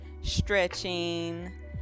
stretching